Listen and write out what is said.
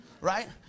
right